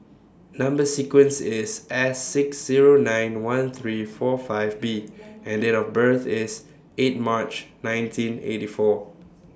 Number sequence IS S six Zero nine one three four five B and Date of birth IS eight March nineteen eighty four